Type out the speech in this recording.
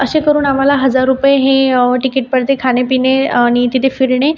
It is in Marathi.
असेकरून आम्हाला हजार रुपये हे टीकीट पडते खाणे पिणे आणि तिथे फिरणे